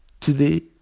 today